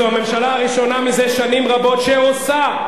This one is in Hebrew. זאת הממשלה הראשונה מזה שנים רבות שעושה,